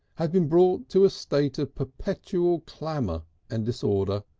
had been brought to a state of perpetual clamour and disorder,